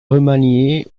remanié